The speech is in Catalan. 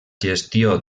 gestió